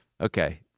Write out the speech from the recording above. Okay